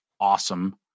awesome